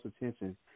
attention